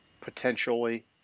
potentially